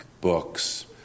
books